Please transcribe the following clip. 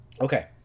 okay